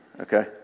okay